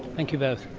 thank you both.